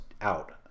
out